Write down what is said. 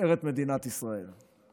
לתפארת מדינת ישראל.